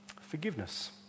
forgiveness